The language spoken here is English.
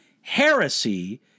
Heresy